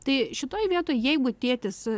tai šitoj vietoj jeigu tėtis